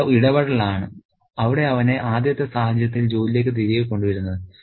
അവളുടെ ഇടപെടലാണ് അവിടെ അവനെ ആദ്യത്തെ സാഹചര്യത്തിൽ ജോലിയിലേക്ക് തിരികെ കൊണ്ടുവരുന്നത്